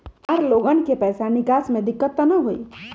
हमार लोगन के पैसा निकास में दिक्कत त न होई?